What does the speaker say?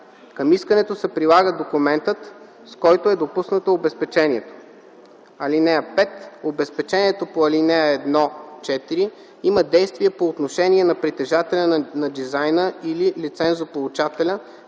Към искането се прилага документът, с който е допуснато обезпечението. (5) Обезпечението по ал. 1-4 има действие по отношение на притежателя на дизайна или лицензополучателя